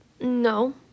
No